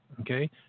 okay